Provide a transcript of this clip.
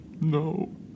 No